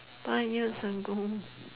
five years ago